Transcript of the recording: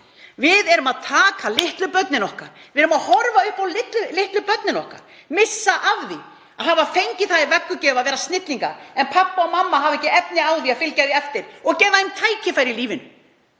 til hjálparstofnana og biddu um mat. Við erum að horfa upp á litlu börnin okkar missa af því að hafa fengið það í vöggugjöf að vera snillingar því að pabbi og mamma hafa ekki efni á því að fylgja því eftir og gefa þeim tækifæri í lífinu.